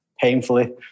painfully